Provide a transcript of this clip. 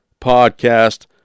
podcast